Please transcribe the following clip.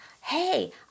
hey